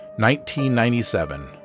1997